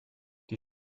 die